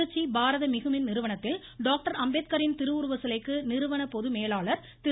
திருச்சி பாரத மிகுமின் நிறுவனத்தில் டாக்டர் அம்பேத்காரின் திருவுருவ சிலைக்கு நிறுவன பொது மேலாளர் திரு